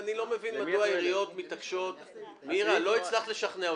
מירה, לא הצלחת לשכנע אותי.